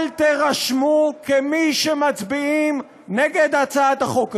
אל תירשמו כמי שמצביעים נגד הצעת החוק הזאת.